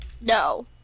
No